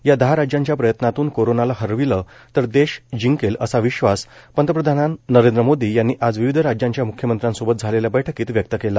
या दहा राज्यांच्या प्रयत्नातून कोरोनाला हरविलं तर देश जिंकेल असा विश्वास प्रधानमंत्री नरेंद्र मोदी यांनी आज विविध राज्यांच्या मुख्यमंत्र्यांसोबत झालेल्या बैठकीत व्यक्त केला